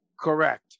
Correct